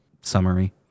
summary